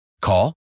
Call